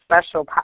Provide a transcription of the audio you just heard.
special